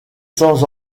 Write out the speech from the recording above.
sans